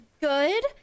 good